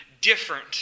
different